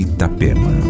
Itapema